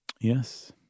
Yes